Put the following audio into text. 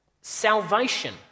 salvation